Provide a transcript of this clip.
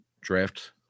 draft